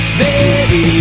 baby